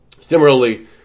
Similarly